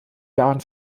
jahren